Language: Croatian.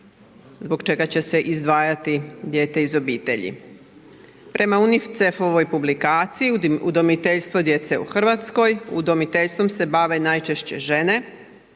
zbog čega će se izdvajati dijete iz obitelji. Prema UNICEF-oj publikaciji udomiteljstvo djece u Hrvatskoj, udomiteljstvom se bave najčešće žene